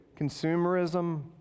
consumerism